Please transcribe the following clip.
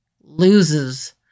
loses